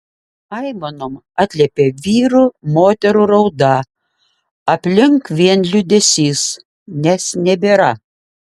aimanom atliepia vyrų moterų rauda aplink vien liūdesys nes nebėra